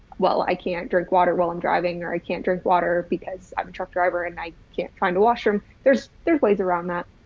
well, i can't drink water while i'm driving or i can't drink water because i'm a truck driver and i can't find a washroom there's there's ways around that.